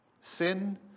sin